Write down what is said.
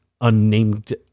unnamed